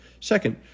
Second